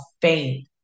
faith